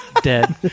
Dead